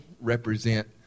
represent